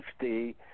Safety